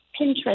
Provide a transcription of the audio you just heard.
Pinterest